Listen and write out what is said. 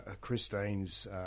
Christine's